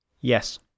yes